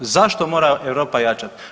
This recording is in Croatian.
Zašto mora Europa jačati?